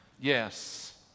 yes